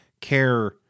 care